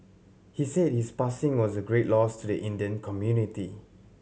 he said his passing was a great loss to the Indian community